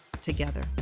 together